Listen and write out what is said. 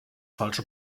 falsche